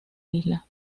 isla